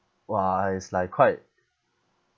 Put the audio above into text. !wah! it's like quite